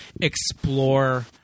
explore